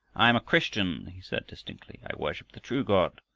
i am a christian! he said distinctly. i worship the true god.